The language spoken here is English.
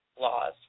laws